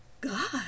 God